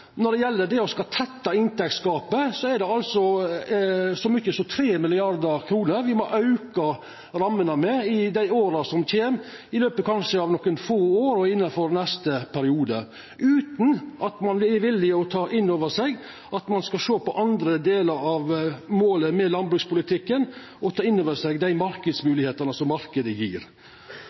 når det gjeld å tetta inntektsgapet, er det altså så mykje som 3 mrd. kr me må auka rammene med i dei åra som kjem – kanskje på nokre få år og innanfor neste periode – utan at ein er villig til å ta inn over seg at ein skal sjå på andre delar av målet med landbrukspolitikken, og ta inn over seg dei marknadsmoglegheitene marknaden gjev. Dette er ein ny politikk Arbeidarpartiet er kome med, som